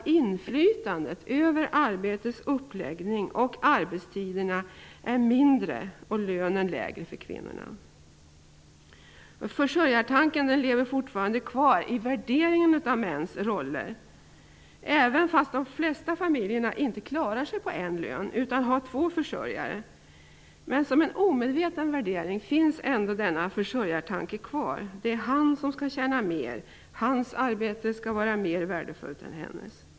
Inflytandet över arbetets uppläggning och arbetstiderna är dessutom mindre och lönen lägre för kvinnor. Försörjartanken lever fortfarande kvar i värderingen av mäns roller, även om de flesta familjer inte klarar sig på en lön utan har två försörjare. Men som en omedveten värdering finns försörjartanken ändå kvar. Det är mannen som skall tjäna mer. Hans arbete skall vara mer värdefullt än kvinnans.